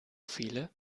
viele